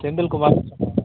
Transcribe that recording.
செந்தில்குமார்னு சொன்னான்